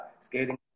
skating